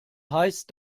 heißt